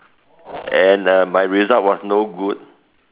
and uh my result was no good